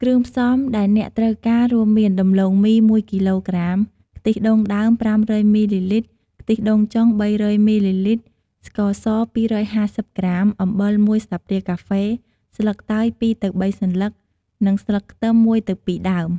គ្រឿងផ្សំដែលអ្នកត្រូវការ រួមមានដំឡូងមី ១ គីឡូក្រាម ខ្ទិះដូងដើម ៥០០ មីលីលីត្រ ខ្ទិះដូងចុង ៣០០ មីលីលីត្រ ស្ករស ២៥០ ក្រាម អំបិល ១ ស្លាបព្រាកាហ្វេ ស្លឹកតើយ ២ទៅ៣ សន្លឹក និងស្លឹកខ្ទឹម ១ទៅ២ ដើម។